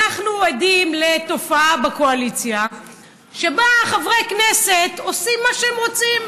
אנחנו עדים לתופעה בקואליציה שבה חברי כנסת עושים מה שהם רוצים.